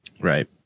right